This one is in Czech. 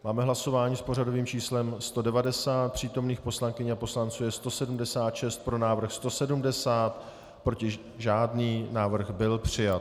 Máme hlasování s pořadovým číslem 190, přítomných poslankyň a poslanců je 176, pro návrh 170, proti žádný, návrh byl přijat.